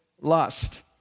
lust